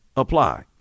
apply